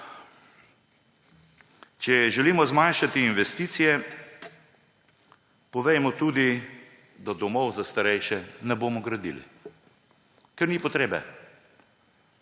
Če želimo zmanjšati investicije, povejmo tudi, da domov za starejše ne bomo gradili, ker ni potrebe.